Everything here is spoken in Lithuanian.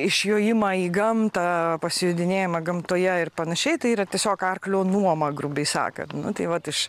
išjojimą į gamtą pasijodinėjimą gamtoje ir panašiai tai yra tiesiog arklio nuoma grubiai sakant nu tai vat iš